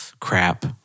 Crap